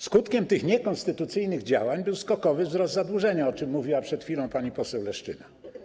Skutkiem tych niekonstytucyjnych działań był skokowy wzrost zadłużenia, o czym mówiła przed chwilą pani poseł Leszczyna.